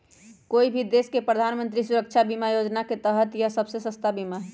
कोई भी देश के प्रधानमंत्री सुरक्षा बीमा योजना के तहत यह सबसे सस्ता बीमा हई